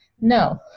No